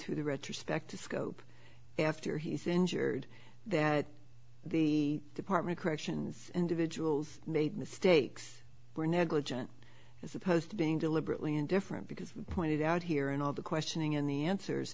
through the retrospective scope after he's injured that the department corrections individuals made the stakes were negligent as opposed to being deliberately and different because pointed out here in all the questioning in the answers